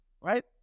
right